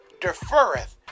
deferreth